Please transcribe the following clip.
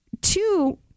two